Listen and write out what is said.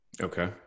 Okay